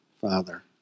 Father